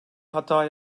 hata